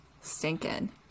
stinking